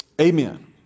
Amen